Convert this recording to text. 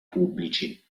pubblici